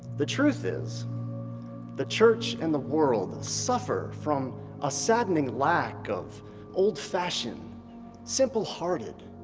the truth is the church and the world suffer from a saddening lack of old fashioned simple hearted,